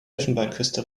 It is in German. elfenbeinküste